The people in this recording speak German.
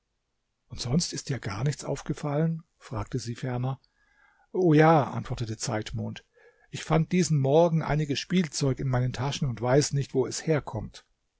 und sonst ist dir gar nichts aufgefallen fragte sie ferner o ja antwortete zeitmond ich fand diesen morgen einiges spielzeug in meinen taschen und weiß nicht wo es herkommt